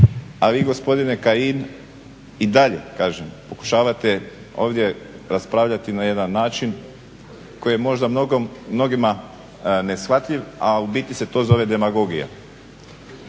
A vi gospodine Kajin i dalje kažem pokušavate ovdje raspravljati na jedan način koji je možda mnogima neshvatljiv, a u biti se to zove demagogija